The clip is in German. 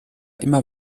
immer